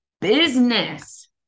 business